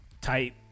tight